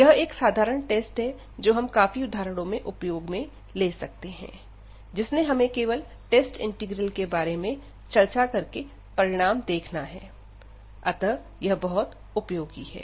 यह एक साधारण टेस्ट है जो हम काफी उदाहरणों में उपयोग ले सकते हैं जिसने हमें केवल टेस्ट इंटीग्रल के बारे में चर्चा करके परिणाम देखना है अतः यह बहुत उपयोगी है